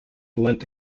lent